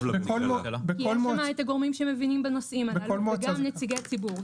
כי יש שם את הגורמים שמבינים בנושאים הללו וגם נציגי ציבור.